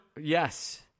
Yes